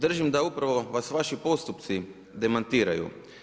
Držim da upravo vas vaši postupci demantiraju.